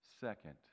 Second